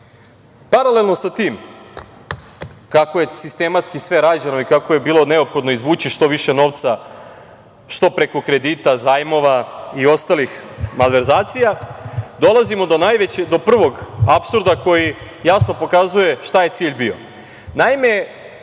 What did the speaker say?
plaćali. Paralelno sa tim, kako je sistematski sve rađeno i kako je bilo neophodno izvući što više novca što preko kredita, zajmova i ostalih malverzacija, dolazimo do prvog apsurda koji jasno pokazuje šta je cilj bio.